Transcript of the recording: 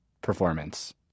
performance